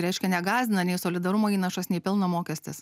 reiškia negąsdina nei solidarumo įnašas nei pelno mokestis